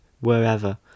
wherever